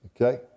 Okay